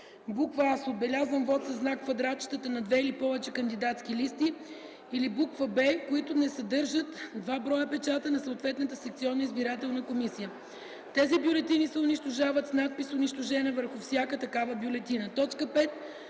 а) с отбелязан вот със знак в квадратчетата на две или повече кандидатски листи или б) които не съдържат два броя печата на съответната секционна избирателна комисия; тези бюлетини се унищожават с надпис “унищожена” върху всяка такава бюлетина;